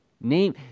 name